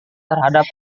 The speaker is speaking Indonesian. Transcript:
terhadap